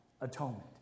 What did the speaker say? atonement